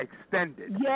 extended